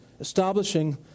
establishing